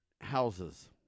houses